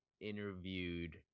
interviewed